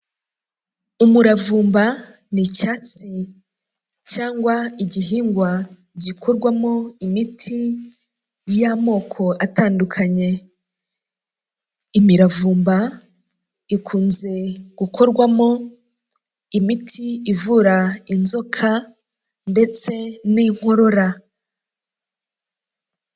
Umuravumba ni icyatsi cyangwa igihingwa gikorwamo imiti y'amoko atandukanye, imiravumba ikunze gukorwamo imiti ivura inzoka ndetse n'inkorora.